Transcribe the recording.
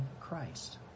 Christ